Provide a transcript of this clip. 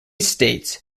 states